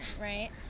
right